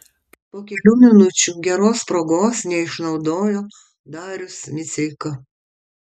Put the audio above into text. po kelių minučių geros progos neišnaudojo darius miceika